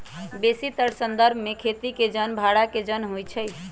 बेशीतर संदर्भ में खेती के जन भड़ा के जन होइ छइ